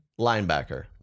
linebacker